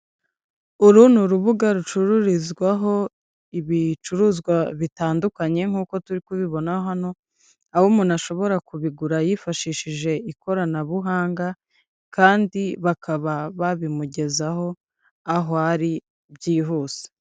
Uru ni urubuga rucururizwaho ibicuruzwa bitandukanye nk'uko turi kubibonaho hano, aho umuntu ashobora kubigura yifashishije ikoranabuhanga kandi bakaba babimugezaho aho ari byihuse.